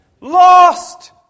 Lost